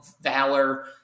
Valor